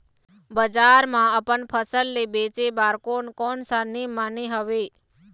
बजार मा अपन फसल ले बेचे बार कोन कौन सा नेम माने हवे?